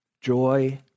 joy